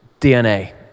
DNA